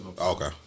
Okay